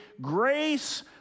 grace